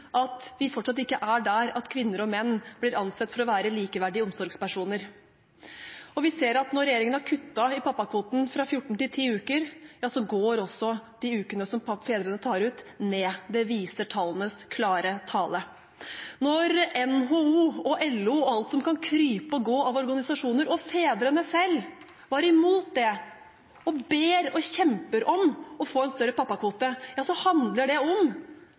fordi vi fortsatt ikke er der at kvinner og menn blir ansett for å være likeverdige omsorgspersoner. Vi ser også at når regjeringen har kuttet i pappakvoten fra 14 til 10 uker, går antall uker som fedrene tar ut, ned. Det viser tallenes klare tale. Når NHO og LO og alt som kan krype og gå av organisasjoner, og fedrene selv, var imot det, og ber og kjemper om å få en større pappakvote, handler det om